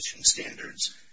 standards